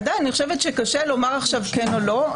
עדיין קשה לומר עכשיו כן או לא,